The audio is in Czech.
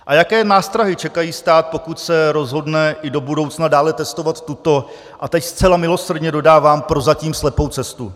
A jaké nástrahy čekají stát, pokud se rozhodne i do budoucna dále testovat tuto a teď zcela milosrdně dodávám prozatím slepou cestu?